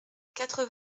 quatre